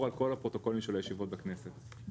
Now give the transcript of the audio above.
על כל הפרוטוקולים של הישיבות בכנסת.